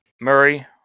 Murray